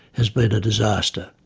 has been a disaster,